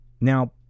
now